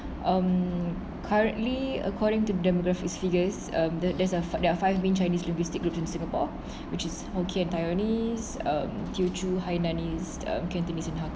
um currently according to demographics figures um there there is a there are five main chinese linguistic groups in singapore which is hokkien taiwanese uh teochew hainanese uh cantonese and hakka